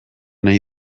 nahi